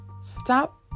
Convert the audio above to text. stop